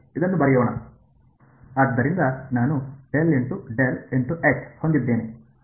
ಆದ್ದರಿಂದ ನಾನು ಹೊಂದಿದ್ದೇನೆ